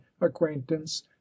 acquaintance